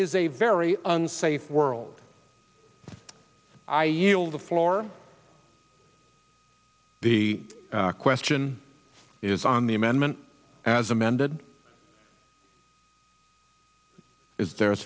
is a very unsafe world i yield the floor the question is on the amendment as amended is there a